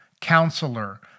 Counselor